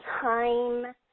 time